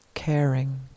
caring